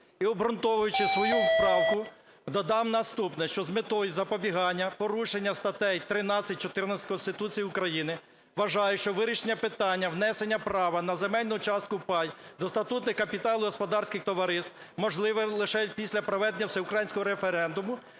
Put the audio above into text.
обґрунтовуючи свою правку, додам наступне. Що з метою запобігання порушення статей 13, 14 Конституції України вважаю, що вирішення питання внесення права на земельну частку (пай) до статутних капіталів господарських товариств можливе лише після проведення всеукраїнського референдуму